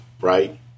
right